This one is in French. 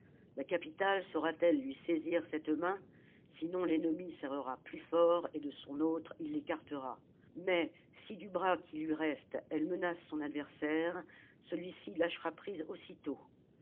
la commune capitale saura t elle lui saisir cette main sinon l'ennemi serrera plus fort et de son autre il l'écartera mais si du bras qui lui reste elle menace son adversaire celui-ci lâchera prise aussitôt